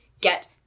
get